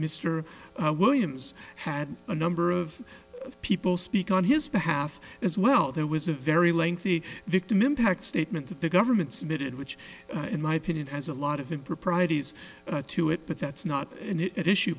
mr williams had a number of people speak on his behalf as well there was a very lengthy victim impact statement that the government submitted which in my opinion has a lot of improprieties to it but that's not at issue